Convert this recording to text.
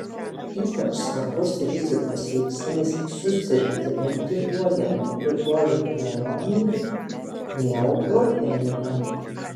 ypač svarbus rizikos veiksnys susirgti ventiliuojamų ligonių pneumonija neutropenija